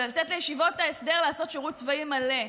ולתת לישיבות ההסדר לעשות שירות צבאי מלא.